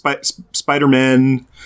Spider-Man